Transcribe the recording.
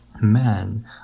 Man